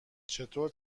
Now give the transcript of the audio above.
چطور